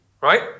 right